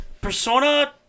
Persona